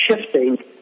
shifting